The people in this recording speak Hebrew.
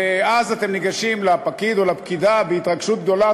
ואז אתם ניגשים לפקיד או לפקידה בהתרגשות גדולה,